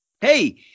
hey